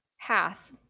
path